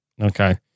Okay